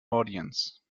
audience